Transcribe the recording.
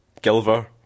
Gilver